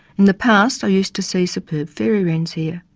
in the past i used to see superb fairywrens here.